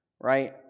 right